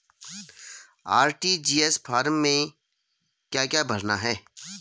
RTGS form में क्या क्या भरना है?